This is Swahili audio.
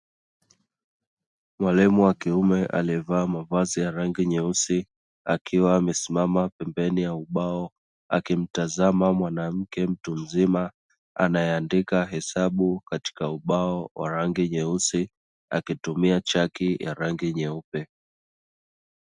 Mwalimu wa kiume aliyevaa mavazi ya rangi nyeusi akiwa amesimama pembeni ya ubao, akimtazama mwanamke mtu mzima anayeandika hesabu katika ubao wa rangi nyeusi, akitumia chaki ya rangi nyeupe.